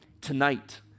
Tonight